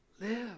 Live